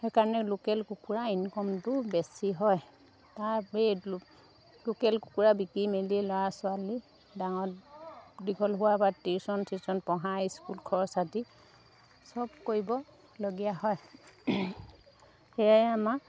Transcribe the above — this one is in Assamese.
সেইকাৰণে লোকেল কুকুৰা ইনকামটো বেছি হয় তাৰ সেই লোকেল কুকুৰা বিকি মেলি ল'ৰা ছোৱালী ডাঙৰ দীঘল হোৱা পা টিউশ্যন চিউচন পঢ়া স্কুল খৰচ আদি চব কৰিবলগীয়া হয় সেয়াই আমাক